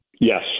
Yes